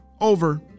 Over